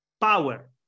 power